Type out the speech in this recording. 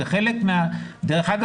דרך אגב,